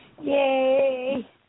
Yay